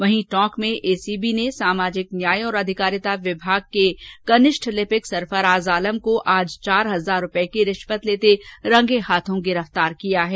वहीं टोंक में एसीबी ने सामाजिक न्याय और अधिकारिता विभाग में कार्यरत कनिष्ठ लिपिक सरफराज आलम को आज चार हजार रूपये की रिश्वत लेते हुए रंगे हाथो गिरफ्तार किया है